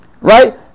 Right